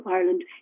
Ireland